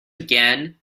again